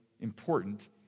important